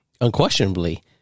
unquestionably